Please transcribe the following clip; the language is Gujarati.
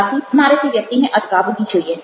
આથી મારે તે વ્યક્તિને અટકાવવી જોઈએ